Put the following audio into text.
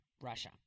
Russia